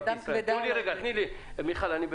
והיה את --- מיכל, אני באמצע.